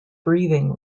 breathing